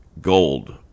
gold